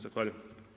Zahvaljujem.